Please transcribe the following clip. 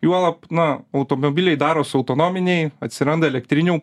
juolab na automobiliai daros autonominiai atsiranda elektrinių